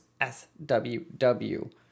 sww